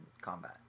combat